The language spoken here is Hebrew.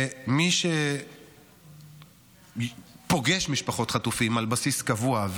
כמי שפוגש משפחות חטופים על בסיס קבוע,